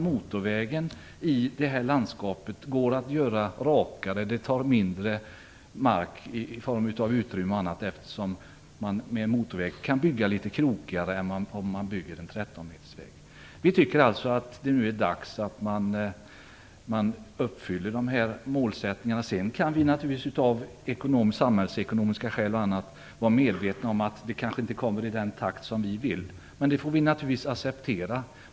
Motorvägen i det här landskapet går att göra rakare. Den kräver mindre utrymme i form av mark, eftersom man kan bygga en motorväg litet krokigare än om man bygger en 13 Vi tycker alltså att det nu är dags att man uppfyller de här målsättningarna. Sedan kan vi naturligtvis av samhällsekonomiska skäl vara medvetna om att det kanske inte kommer i den takt som vi vill. Men det får vi naturligtvis acceptera.